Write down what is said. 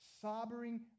sobering